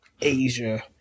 Asia